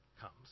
comes